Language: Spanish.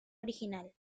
original